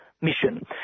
mission